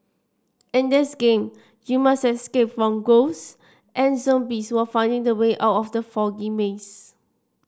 in this game you must escape from ghosts and zombies while finding the way out from the foggy maze